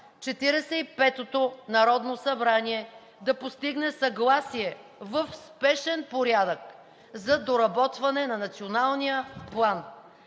45-тото народно събрание да постигне съгласие в спешен порядък за доработване на Националния план.